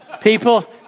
People